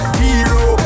hero